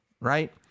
right